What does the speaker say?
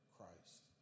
Christ